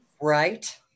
Right